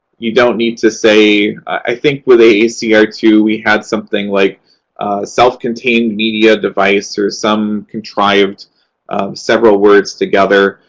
you don't need to say. i think with a a c r two, we had something like self-contained media device or some contrived um several words together.